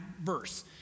verse